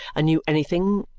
a new anything,